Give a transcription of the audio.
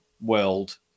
world